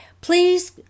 Please